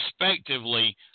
respectively